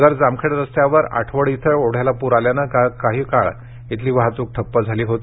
नगर जामखेड रस्त्यावर आठवड इथ ओढ्याला पूर आल्याने काल काही काळ इथली वाहतूक ठप्प झाली होती